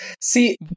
See